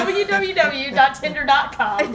www.tinder.com